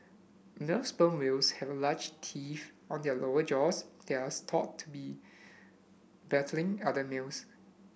male sperm whales have large teeth on their lower jaws there are thought to be battling other males